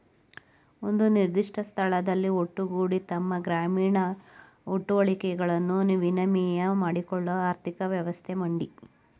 ಒಂದು ನಿರ್ದಿಷ್ಟ ಸ್ಥಳದಲ್ಲಿ ಒಟ್ಟುಗೂಡಿ ತಮ್ಮ ಗ್ರಾಮೀಣ ಹುಟ್ಟುವಳಿಗಳನ್ನು ವಿನಿಮಯ ಮಾಡ್ಕೊಳ್ಳೋ ಆರ್ಥಿಕ ವ್ಯವಸ್ಥೆ ಮಂಡಿ